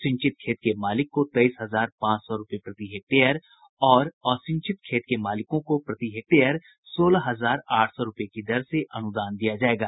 सिंचित खेत के मालिक को तेईस हजार पांच सौ रूपये प्रति हेक्टेयर और असिंचित खेत के मालिकों को प्रति हेक्टेयर सोलह हजार आठ सौ रूपये की दर से अनुदान दिया जायेगा